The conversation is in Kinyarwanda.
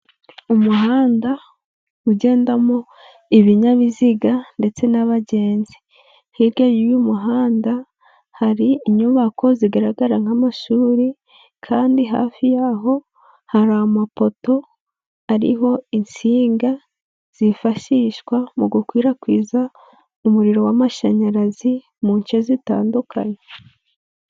Umuhanda ugendamo ibinyabiziga ndetse n'abagenzi, hirya y'uyu muhanda hari inyubako zigaragara nk'amashuri kandi hafi y'aho hari amapoto ariho insinga zifashishwa mu gukwirakwiza umuriro w'amashanyarazi mu nshe zitandukanye.